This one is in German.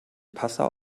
passau